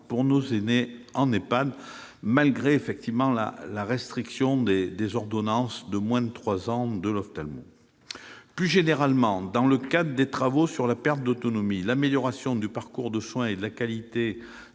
pour nos aînés en EHPAD, malgré la restriction de son application aux seules ordonnances de moins de trois ans de l'ophtalmologue. Plus généralement, dans le cadre des travaux sur la perte d'autonomie, l'amélioration du parcours de soins et de la qualité